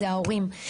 זה ההורים.